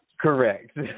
Correct